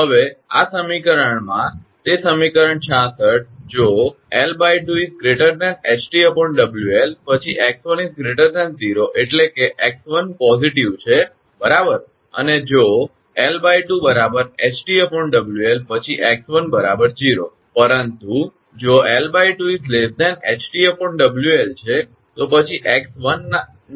હવે આ સમીકરણમાં તે સમીકરણ 66 જો 𝐿 2 ℎ𝑇 𝑊𝐿 પછી 𝑥1 0 એટલે કે 𝑥1 હકારાત્મક છે બરાબર અને જો 𝐿 2 ℎ𝑇 𝑊𝐿 પછી 𝑥1 0 પરંતુ જો 𝐿 2 ℎ𝑇 𝑊𝐿 છે તો પછી 𝑥1 નકારાત્મક છે